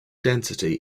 density